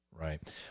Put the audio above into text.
Right